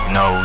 no